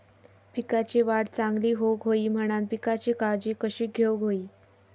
पिकाची वाढ चांगली होऊक होई म्हणान पिकाची काळजी कशी घेऊक होई?